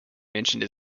mentioned